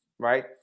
Right